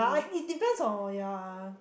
[huh] it depends on ya